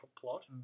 plot